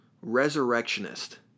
Resurrectionist